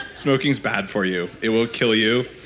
smoking's bad for you. it will kill you.